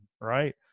Right